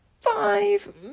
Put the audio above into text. five